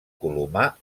colomar